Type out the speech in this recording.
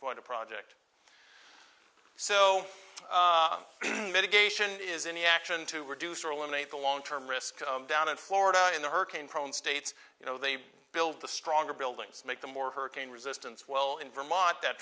quite a project so medication is any action to reduce or eliminate the long term risk down in florida in the hurricane prone states you know they build the stronger buildings make them more hurricane resistance well in vermont that